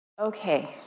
Okay